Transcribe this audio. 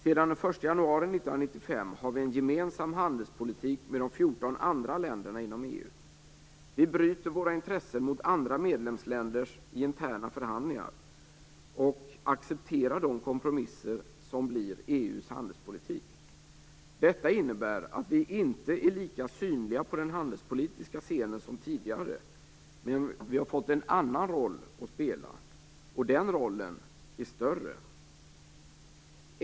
Sedan den 1 januari 1995 har vi en gemensam handelspolitik med de 14 andra länderna inom EU. Vi väger våra intressen mot andra medlemsländers i interna förhandlingar och accepterar de kompromisser som blir EU:s handelspolitik. Detta innebär att vi inte är lika synliga på den handelspolitiska scenen som tidigare. Men vi har fått en annan roll att spela, och den rollen är större.